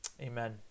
Amen